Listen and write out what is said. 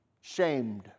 Shamed